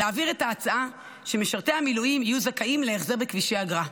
להעביר את ההצעה שמשרתי המילואים יהיו זכאים להחזר בכבישי אגרה.